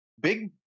Big